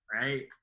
right